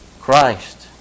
Christ